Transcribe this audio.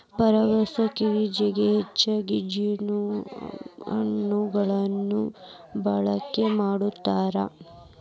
ಪರಾಗಸ್ಪರ್ಶ ಕ್ರಿಯೆಗೆ ಹೆಚ್ಚಾಗಿ ಜೇನುನೊಣಗಳನ್ನ ಬಳಕೆ ಮಾಡ್ತಾರ